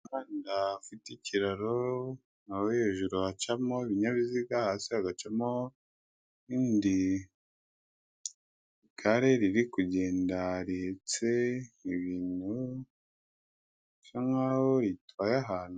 Umuhanda ufite ikiraro, aho hejuru hacamo ibinyabiziga hasi hagacamo ibindi, igare riri kugenda rihetse ibintu bisa nk'aho ritwaye ahantu.